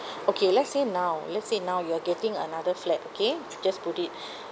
okay let's say now let's say now you are getting another flat okay just put it